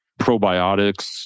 probiotics